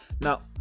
Now